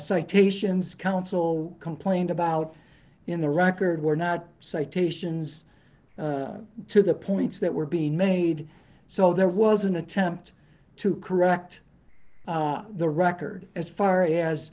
citations counsel complained about in the record were not citations to the points that were being made so there was an attempt to correct the record as far as